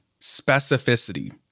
specificity